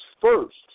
first